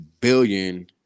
billion